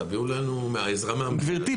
גברתי,